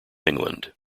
england